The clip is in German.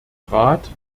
rat